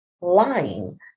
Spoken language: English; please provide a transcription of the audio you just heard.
lying